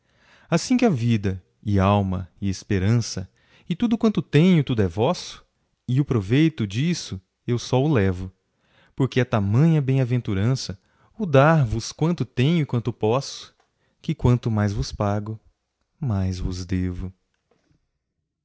assi que a vida e alma e esperança e tudo quanto tenho tudo é vosso e o proveito disso eu só o levo porque é tamanha bem aventurança o dar vos quanto tenho e quanto posso que quanto mais vos pago mais vos devo